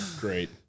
Great